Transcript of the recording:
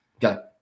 go